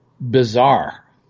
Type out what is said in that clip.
bizarre